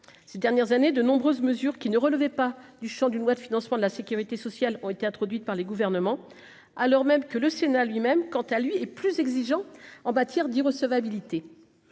ces dernières années, de nombreuses mesures qui ne relevait pas du Champ d'une loi de financement de la Sécurité sociale ont été introduites par les gouvernements, alors même que le Sénat lui-même, quant à lui est plus exigeant en matière d'irrecevabilité,